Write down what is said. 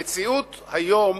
המציאות היום